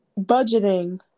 budgeting